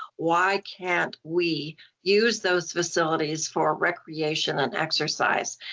why can't we use those facilities for recreation and exercise?